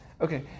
okay